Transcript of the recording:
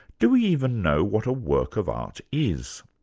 do we even know what a work of art is?